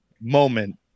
moment